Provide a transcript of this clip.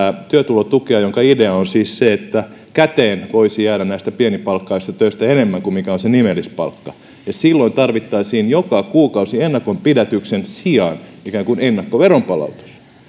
työtulotukea jonka idea on siis se että käteen voisi jäädä pienipalkkaisista töistä enemmän kuin on nimellispalkka silloin tarvittaisiin joka kuukausi ennakonpidätyksen sijaan ikään kuin ennakkoveronpalautus